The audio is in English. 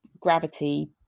gravity